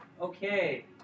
Okay